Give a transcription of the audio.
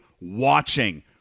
watching